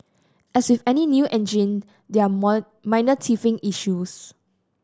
as with any new engine there are minor teething issues